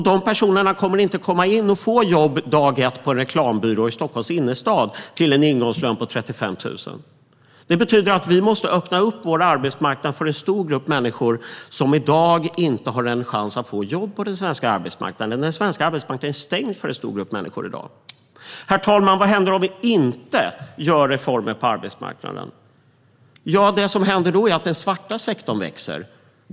De personerna kommer inte att komma in och få jobb dag ett på en reklambyrå i Stockholms innerstad till en ingångslön på 35 000. Det betyder att vi måste öppna vår arbetsmarknad för en stor grupp människor som i dag inte har en chans att få jobb på den svenska arbetsmarknaden. Den svenska arbetsmarknaden är stängd för en stor grupp människor i dag. Herr talman! Vad händer då om vi inte gör reformer på arbetsmarknaden? Jo, det som händer då är att den svarta sektorn växer.